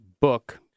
book